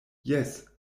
jes